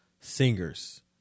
singers